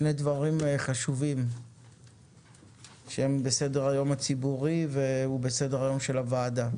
שני דברים חשובים שהם בסדר היום הציבורי ובסדר היום של הוועדה.